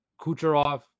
Kucherov